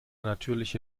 natürliche